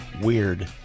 weird